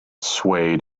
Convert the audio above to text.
swayed